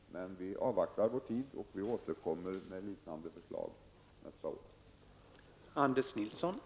Vi avvaktar och återkommer med liknande förslag nästa år.